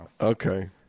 Okay